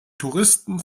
touristen